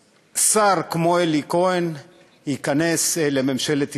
שאדם כמו אלי כהן ייכנס לממשלת ישראל,